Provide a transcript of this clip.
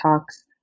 Talks